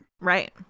Right